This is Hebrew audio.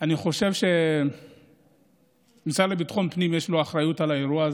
אני חושב שלמשרד לביטחון פנים יש אחריות על האירוע,